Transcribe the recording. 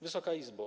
Wysoka Izbo!